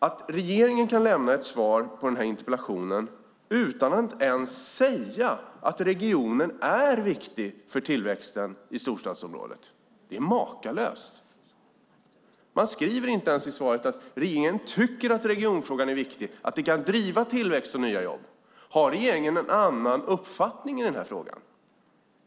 Att regeringen kan lämna ett svar på interpellationen utan att ens säga att regionen är viktig för tillväxten i storstadsområdet är makalöst. Man skriver inte ens i svaret att regeringen tycker att regionfrågan är viktig och kan driva tillväxt och nya jobb. Har regeringen en annan uppfattning i den här frågan?